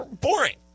boring